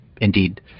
indeed